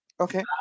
Okay